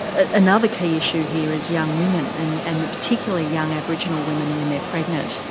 ah another key issue here is young women and and particularly young aboriginal women when they're pregnant.